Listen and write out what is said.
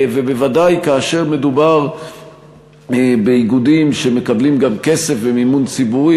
ובוודאי כאשר מדובר באיגודים שמקבלים גם כסף ומימון ציבורי,